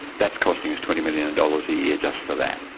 that's costing us twenty million dollars a year just for that,